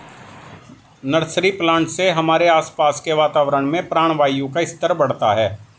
nursery plant से हमारे आसपास के वातावरण में प्राणवायु का स्तर बढ़ता है